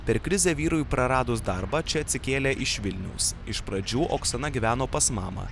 per krizę vyrui praradus darbą čia atsikėlė iš vilniaus iš pradžių oksana gyveno pas mamą